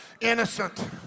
innocent